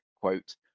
quote